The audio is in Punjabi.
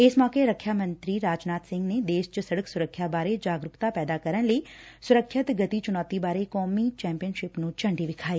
ਇਸ ਮੌਕੇ ਰਖਿਆ ਮੰਤਰੀ ਰਾਜਨਾਥ ਸਿੰਘ ਨੇ ਦੇਸ਼ ਚ ਸਤਕ ਸੁਰੱਖਿਆ ਬਾਰੇ ਚ ਜਾਗਰੂਕਤਾ ਪੈਦਾ ਕਰਨ ਲਈ ਸੁਰੱਖਿਅਤ ਗਤੀ ਚੁਣੌਤੀ ਬਾਰੇ ਕੌਮੀ ਚੈਂਪੀਅਨਸ਼ਿਪ ਨੂੰ ਝੰਡੀ ਵਿਖਾਈ